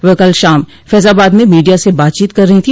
वह कल शाम फजाबाद में मीडिया से बातचीत कर रही थी